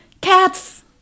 Cats